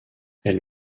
elle